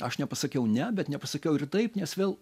aš nepasakiau ne bet nepasakiau ir taip nes vėl